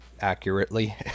accurately